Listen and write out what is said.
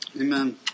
amen